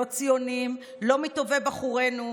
לא ציונים, לא מטובי בחורינו.